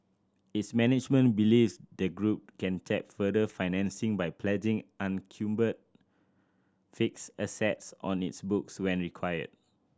its management believes the group can tap further financing by pledging encumbered fixed assets on its books where required